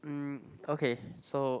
mm okay so